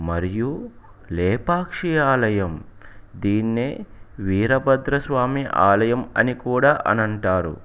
మరియు లేపాక్షి ఆలయం దీన్నే వీరభద్ర స్వామి ఆలయం అని కూడా అని అంటారు